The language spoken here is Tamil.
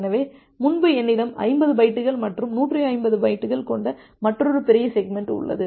எனவே முன்பு என்னிடம் 50 பைட்டுகள் மற்றும் 150 பைட்டுகள் கொண்ட மற்றொரு பெரிய செக்மெண்ட் உள்ளது